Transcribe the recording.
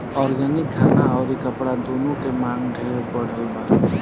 organic खाना अउरी कपड़ा दूनो के मांग ढेरे बढ़ल बावे